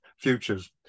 futures